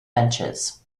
benches